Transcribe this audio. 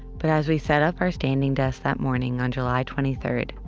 but as we setup our standing desk that morning on july twenty third,